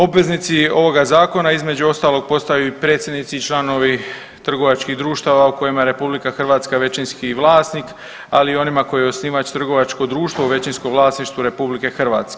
Obveznici ovoga zakona između ostalog postaju i predsjednici i članovi trgovačkih društava u kojima je RH većinski vlasnik, ali i onima koji je osnivač trgovačko društvo u većinskom vlasništvu RH.